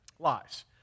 Lies